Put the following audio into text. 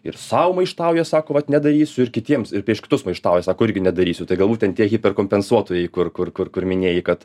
ir sau maištauja sako vat nedarysiu ir kitiems ir prieš kitus maištauja sako irgi nedarysiu tai galbūt ten tie hyper kompensuotojai kur kur kur kur minėjai kad